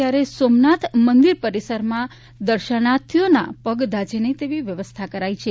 ત્યારે સોમનાથ મંદિર પરિસરમાં દર્શનાર્થીઓના પગ દાઝે નહીં તેવી વ્યવસ્થા કરાઇ છે